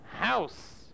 house